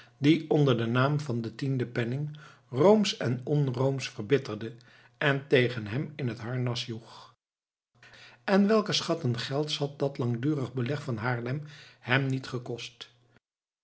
die onder den naam van tienden penning roomsch en onroomsch verbitterde en tegen hem in het harnas joeg en welke schatten gelds had dat langdurige beleg van haarlem hem niet gekost